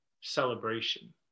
celebration